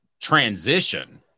transition